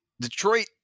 Detroit